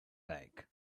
bank